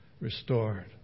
restored